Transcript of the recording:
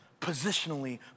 positionally